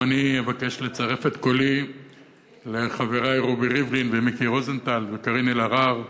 גם אני אבקש לצרף את קולי לחברי רובי ריבלין ומיקי רוזנטל וקארין אלהרר